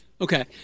Okay